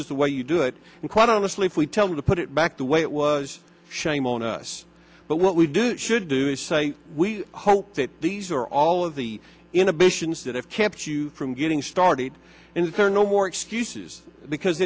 is the way you do it and quite honestly if we tell them to put it back the way it was shame on us but what we do should do is say we hope that these are all of the inhibitions that have kept you from getting started and if there are no more excuses because